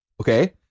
okay